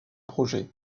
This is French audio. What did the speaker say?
projets